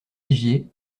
vigier